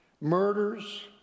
murders